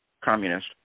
communist